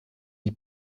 die